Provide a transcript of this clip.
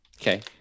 Okay